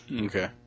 Okay